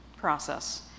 process